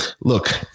Look